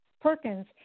Perkins